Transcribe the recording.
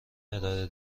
ارائه